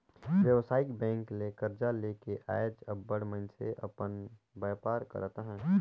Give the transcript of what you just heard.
बेवसायिक बेंक ले करजा लेके आएज अब्बड़ मइनसे अपन बयपार करत अहें